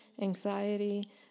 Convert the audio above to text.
anxiety